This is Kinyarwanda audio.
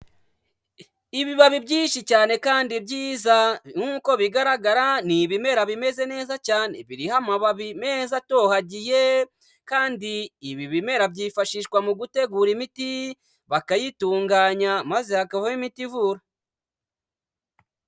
Ibibabi byinshi cyane kandi byiza nk'uko bigaragara ni ibimera bimeze neza cyane, biriho amababi meza atohagiye kandi ibi bimera byifashishwa mu gutegura imiti bakayitunganya maze hakabaho imiti ivura.